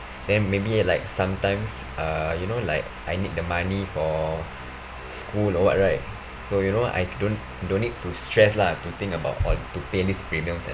then maybe like sometimes uh you know like I need the money for school or what right so you know I don't don't need to stress lah to think about or to pay these premiums and